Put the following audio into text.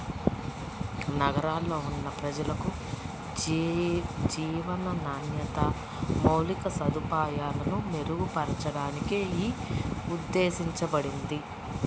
నగరాల్లో ఉన్న ప్రజలకు జీవన నాణ్యత, మౌలిక సదుపాయాలను మెరుగుపరచడానికి యీ ఉద్దేశించబడింది